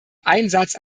einsatz